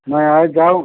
मैं आ जाऊँ